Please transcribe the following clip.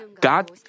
God